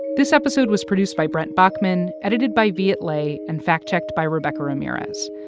this episode was produced by brent baughman, edited by viet le and fact-checked by rebecca ramirez.